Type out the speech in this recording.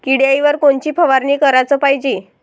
किड्याइवर कोनची फवारनी कराच पायजे?